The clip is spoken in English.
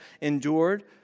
endured